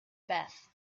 beth